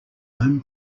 own